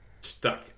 stuck